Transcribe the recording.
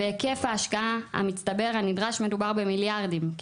והיקף ההשקעה המצטבר הנדרש, מדובר במיליארדים.